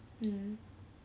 mm